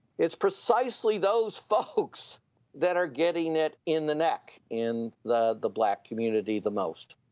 it's precisely those folks that are getting it in the neck in the the black community the most.